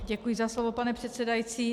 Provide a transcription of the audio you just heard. Děkuji za slovo, pane předsedající.